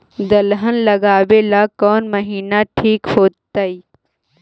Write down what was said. दलहन लगाबेला कौन महिना ठिक होतइ?